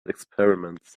experiments